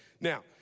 now